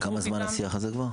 כמה זמן השיח הזה כבר?